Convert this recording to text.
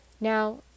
Now